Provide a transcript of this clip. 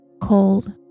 cold